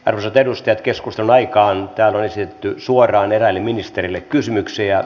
arvoisat edustajat keskustelun aikaan täällä on esitetty suoraan eräille ministereille kysymyksiä